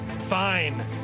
fine